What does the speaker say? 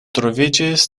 troviĝis